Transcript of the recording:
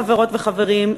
חברות וחברים,